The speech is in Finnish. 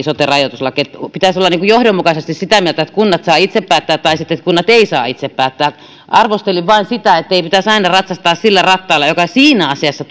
sote rajoituslaki pitäisi olla johdonmukaisesti sitä mieltä että kunnat saavat itse päättää tai sitten että kunnat eivät saa itse päättää arvostelin vain sitä että ei pitäisi aina ratsastaa niillä rattailla jotka siinä asiassa